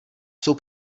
jsou